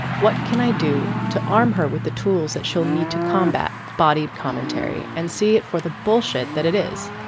what can i do to arm her with the tools that she'll need to combat body commentary and see it for the bullshit that it is.